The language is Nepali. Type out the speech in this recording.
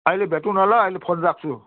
अहिले भेटौँ न ल अहिले फोन राख्छु